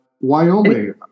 Wyoming